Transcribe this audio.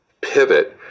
pivot